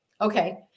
Okay